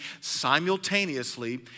simultaneously